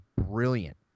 brilliant